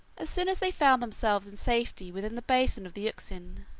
as soon as they found themselves in safety within the basin of the euxine,